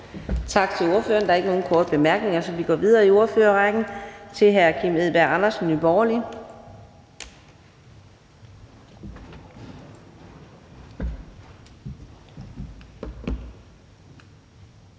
Tak til ordføreren. Der er ikke nogen korte bemærkninger, så vi går videre i ordførerrækken til hr. Kim Edberg Andersen, Nye Borgerlige.